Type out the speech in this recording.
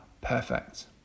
perfect